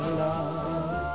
love